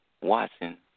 Watson